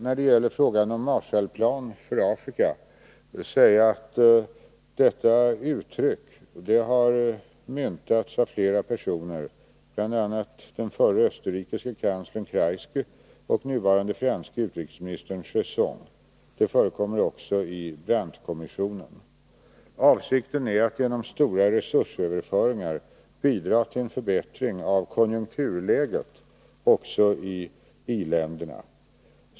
När det gäller frågan om en Marshallplan för Afrika vill jag säga att detta uttryck har myntats av flera personer, bl.a. förre österrikiske kanslern Kreisky och nuvarande franske utrikesministern Cheysson. Det förekommer också i Brandtkommissionen. Avsikten är att genom stora resursöverföringar bidra till en förbättring av konjunkturläget också i i-länderna.